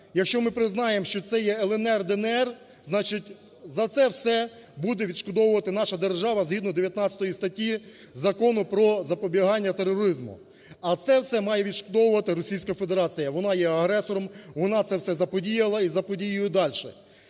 якщо ми признаємо, що це є "ЛНР", "ДНР", значить за це все буде відшкодовувати наша держава, згідно 19 статті Закону "Про запобігання тероризму", а це все має відшкодовувати Російська Федерація, вона є агресором, вона це все заподіяла і заподіює далі.